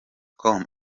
com